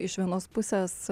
iš vienos pusės